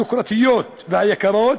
היוקרתיות והיקרות,